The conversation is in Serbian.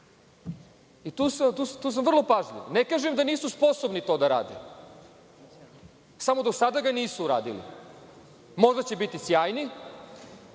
Tu sam vrlo pažljiv. Ne kažem da nisu sposobni to da rade, samo do sada ga nisu uradili. Možda će biti sjajni